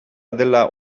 dela